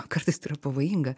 kartais tai yra pavojinga